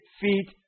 feet